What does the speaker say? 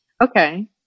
okay